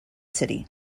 city